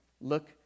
Look